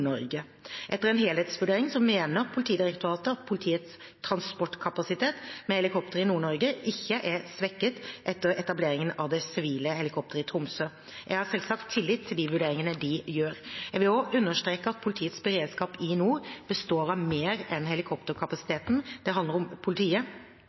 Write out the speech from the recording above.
Etter en helhetsvurdering mener Politidirektoratet at politiets transportkapasitet med helikopter i Nord-Norge ikke er svekket etter etableringen av det sivile helikopteret i Tromsø. Jeg har selvsagt tillit til de vurderingene de gjør. Jeg vil også understreke at politiets beredskap i nord består av mer enn